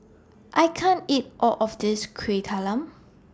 I can't eat All of This Kuih Talam